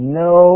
no